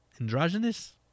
androgynous